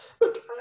look